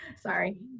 sorry